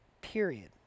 Period